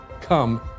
come